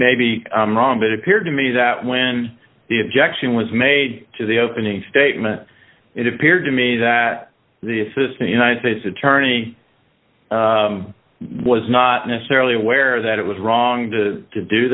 maybe i'm wrong but it appeared to me that when the objection was made to the opening statement it appeared to me that the assistant united states attorney was not necessarily aware that it was wrong to do